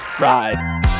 ride